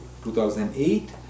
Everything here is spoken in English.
2008